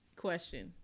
question